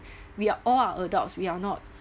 we are all are adults we are not